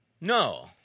No